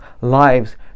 lives